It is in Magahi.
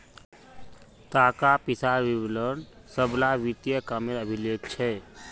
ताका पिसार विवरण सब ला वित्तिय कामेर अभिलेख छे